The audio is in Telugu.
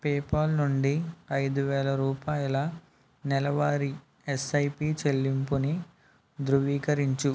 పేపాల్ నుండి ఐదు వేల రూపాయల నెలవారీ ఎస్ఐపి చెల్లింపుని ధృవీకరించు